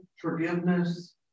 forgiveness